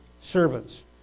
servants